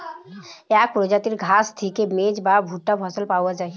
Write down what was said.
এক প্রজাতির ঘাস থিকে মেজ বা ভুট্টা ফসল পায়া যাচ্ছে